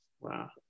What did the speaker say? wow